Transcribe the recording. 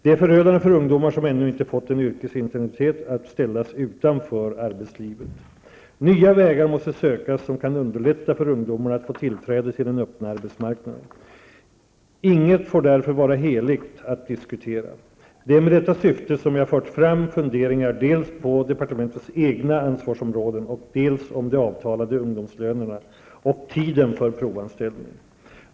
Det är förödande för ungdomar, som ännu inte fått en yrkesidentitet, att ställas utanför arbetslivet. Nya vägar måste sökas, som kan underlätta för ungdomarna att få tillträde till den öppna arbetsmarknaden. Inget får därför vara heligt att diskutera. Det är med detta syfte som jag har fört fram funderingar dels på departementets egna ansvarsområden, dels om de avtalade ungdomslönerna och tiden för provanställning.